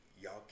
Y'all